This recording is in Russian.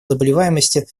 заболеваемости